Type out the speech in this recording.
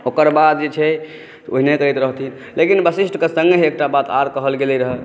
ओकर बाद जे छै ओ नहि कहैत रहथिन लेकिन वशिष्ठक संगे एकटा बात आओर कहल गेलै रऽ